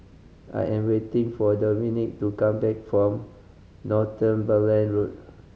I am waiting for Dominque to come back from Northumberland Road